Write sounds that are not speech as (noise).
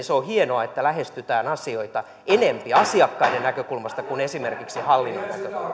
(unintelligible) se on hienoa että lähestytään asioita enempi asiakkaiden näkökulmasta kuin esimerkiksi hallituksen näkökulmasta